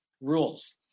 rules